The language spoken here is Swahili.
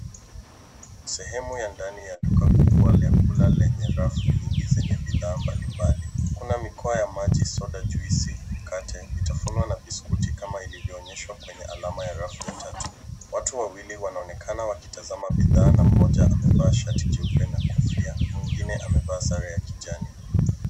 Sehemu ya ndani ya duka kubwa lenye rafu nyingi zenye bidhaa mbali mbali .Kuna mikoba ya maji ,soda juici, mkate ,vitafuno na kama vilivyo onyeshwa kwa rafu ya tatu. Watu wawili wanaonekana wakitazama bidhaa na mmoja amevaa shati jeupe na kofia mwingine amevaa sare ya kijani .